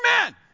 amen